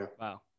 Wow